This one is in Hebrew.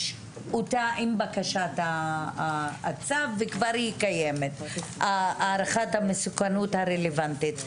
אותה עם בקשת הצו וכבר קיימת הערכת המסוכנות הרלוונטית.